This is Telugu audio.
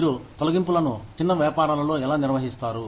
మీరు తొలగింపులను చిన్న వ్యాపారాలలో ఎలా నిర్వహిస్తారు